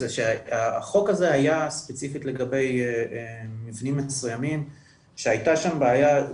שהחוק הזה היה ספציפית לגבי מבנים מסוימים שהייתה שם בעיה,